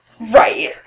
Right